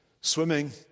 swimming